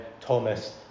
Thomas